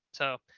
so,